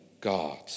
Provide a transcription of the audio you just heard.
God